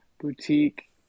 boutique